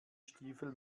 stiefel